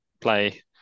play